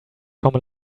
from